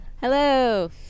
Hello